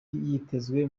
yitezwe